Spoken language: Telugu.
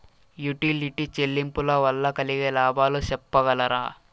యుటిలిటీ చెల్లింపులు వల్ల కలిగే లాభాలు సెప్పగలరా?